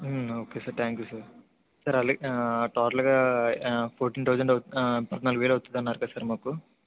okay sir thank you sir sir అలాగే టోటల్గా fourteen thousand అవుతుంది పద్నాలుగు వేలు అవుతుంది అన్నారు కదా సార్ మాకు